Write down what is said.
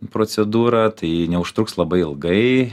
procedūra tai neužtruks labai ilgai